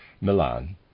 Milan